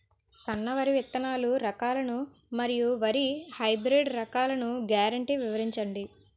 సన్న వరి విత్తనాలు రకాలను మరియు వరి హైబ్రిడ్ రకాలను గ్యారంటీ వివరించండి?